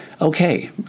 okay